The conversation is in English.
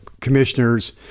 commissioners